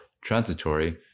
transitory